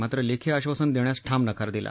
मात्र लेखी आबासन देण्यास ठाम नकार दिला